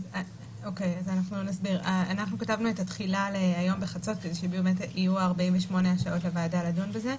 אנחנו כתבנו את התחילה להיום בחצות כדי שיהיו 48 שעות לוועדה לדון בזה.